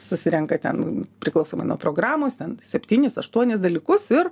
susirenka ten priklausomai nuo programos ten septynis aštuonis dalykus ir